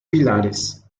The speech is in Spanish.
pilares